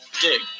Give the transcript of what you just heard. Dig